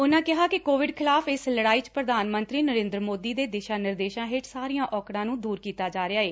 ਉਨਾ ਕਿਹਾ ਕਿ ਕੋਵਿਡ ਖਿਲਾਫ਼ ਇਸ ਲੜਾਈ ਚ ਪ੍ਰਧਾਨ ਮੰਤਰੀ ਨਰੇਦਰ ਮੋਦੀ ਦੇ ਦਿਸ਼ਾ ਨਿਰਦੇਸ਼ਾ ਹੇਠ ਸਾਰੀਆ ਔਕਤਾ ਨੂੰ ਦੁਰ ਕੀਤਾ ਜਾ ਰਿਹਾ ਏ